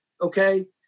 okay